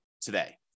today